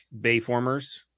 Bayformers